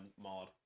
mod